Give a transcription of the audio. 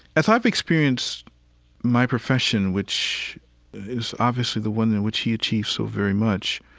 as i've experienced my profession, which is obviously the one in which he achieved so very much,